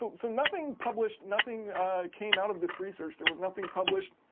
so so nothing published nothing came out of this research. there was nothing published.